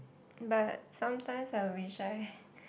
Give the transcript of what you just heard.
but sometimes I wish I